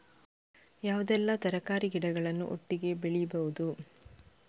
ಯಾವುದೆಲ್ಲ ತರಕಾರಿ ಗಿಡಗಳನ್ನು ಒಟ್ಟಿಗೆ ಬೆಳಿಬಹುದು?